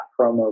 promo